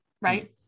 Right